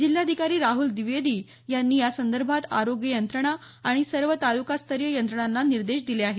जिल्हाधिकारी राहुल द्विवेदी यांनी यासंदर्भात आरोग्य यंत्रणा आणि सर्व तालुकास्तरीय यंत्रणांना निर्देश दिले आहेत